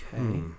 Okay